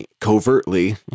covertly